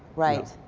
right.